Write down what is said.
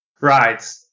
Right